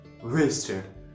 wasted